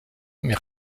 mais